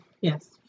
Yes